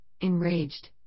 enraged